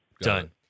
Done